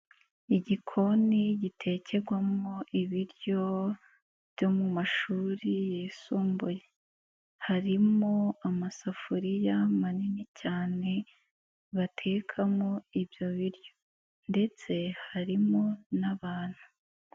Igikoni gitekerwamo ibiryo byo mu mashuri yisumbuye, harimo amasafuriya manini cyane batekamo ibyo biryo ndetse harimo n'abantu.